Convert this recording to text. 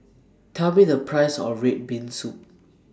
Tell Me The Price of Red Bean Soup